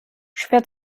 schwer